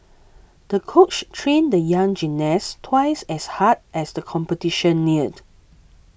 the coach trained the young gymnast twice as hard as the competition neared